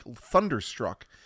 Thunderstruck